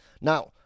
Now